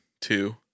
two